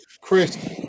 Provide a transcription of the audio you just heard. Chris